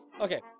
Okay